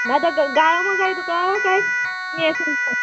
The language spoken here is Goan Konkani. आतां ग गाळमो जाय तुका काय यें सुंगटां